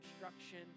instruction